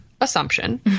assumption